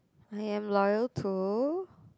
I am loyal to